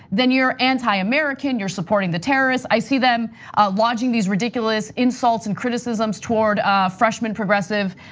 then you're anti-american, you're supporting the terrorists. i see them launching these ridiculous insults and criticisms toward freshman progressive